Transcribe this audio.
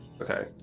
Okay